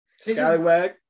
scallywag